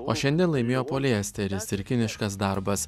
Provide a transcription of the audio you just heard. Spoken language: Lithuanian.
o šiandien laimėjo poliesteris ir kiniškas darbas